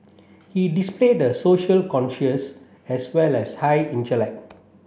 he displayed a social conscience as well as high intellect